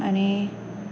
आनी